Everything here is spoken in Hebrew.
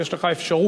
יש לך אפשרות.